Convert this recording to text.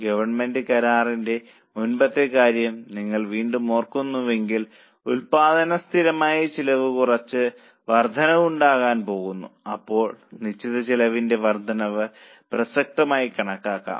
government കരാറിന്റെ മുമ്പത്തെ കാര്യം നിങ്ങൾ വീണ്ടും ഓർക്കുന്നുവെങ്കിൽ ഉൽപ്പാദന സ്ഥിരമായ ചിലവിൽ കുറച്ച് വർദ്ധനവ് ഉണ്ടാകാൻ പോകുന്നു അപ്പോൾ നിശ്ചിത ചെലവിന്റെ വർദ്ധനവ് പ്രസക്തമായി കണക്കാക്കാം